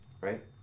right